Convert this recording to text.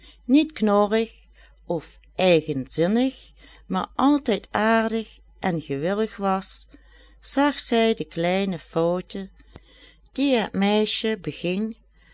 niet knorrig of eigenzinnig maar altijd aardig en gewillig was zag zij de kleine fouten die het meisje beging